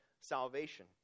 salvation